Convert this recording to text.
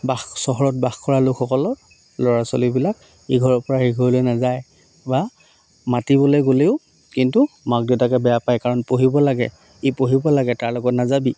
বাস চহৰত বাস কৰা লোকসকলৰ ল'ৰা ছোৱালীবিলাক ইঘৰৰ পৰা সিঘৰলৈ নাযায় বা মাতিবলৈ গ'লেও কিন্তু মাক দেউতাকে বেয়া পায় কাৰণ পঢ়িব লাগে ই পঢ়িব লাগে তাৰ লগত নাযাবি